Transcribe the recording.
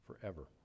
forever